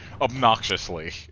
Obnoxiously